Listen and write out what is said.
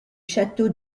château